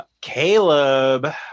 Caleb